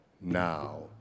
now